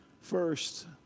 first